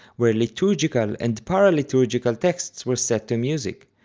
where liturgical and paraliturgical texts were set to music,